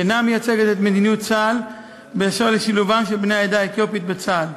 שאינה מייצגת את מדיניות צה"ל באשר לשילובם של בני העדה האתיופית בצה"ל.